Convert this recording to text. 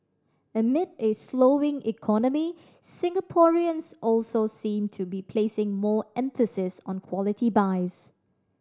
amid a slowing economy Singaporeans also seem to be placing more emphasis on quality buys